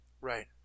Right